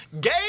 Gay